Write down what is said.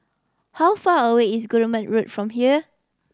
how far away is Guillemard Road from here